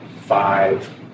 five